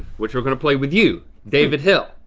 which we're gonna play with you, david hill.